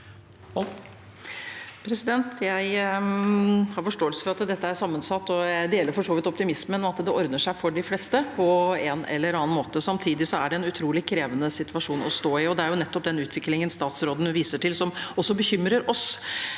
Jeg har forståelse for at dette er sammensatt, og jeg deler for så vidt optimismen om at det ordner seg for de fleste på en eller annen måte. Samtidig er det en utrolig krevende situasjon å stå i. Det er nettopp den utviklingen statsråden viser til, som også bekymrer oss.